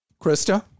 Krista